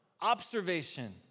observation